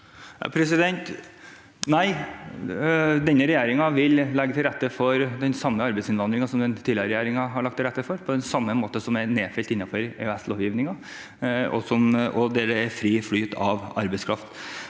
Nei. Denne re- gjeringen vil legge til rette for den samme arbeidsinnvandringen som den tidligere regjeringen har lagt til rette for, på den samme måten som er nedfelt i EØS-lovgivningen der det er fri flyt av arbeidskraft.